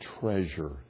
treasure